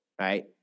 right